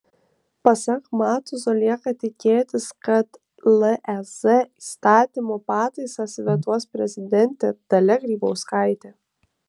pasak matuzo lieka tikėtis kad lez įstatymo pataisas vetuos prezidentė dalia grybauskaitė